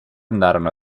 andarono